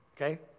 okay